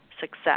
success